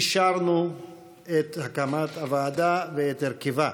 אישרנו את הקמת הוועדה ואת הרכבה.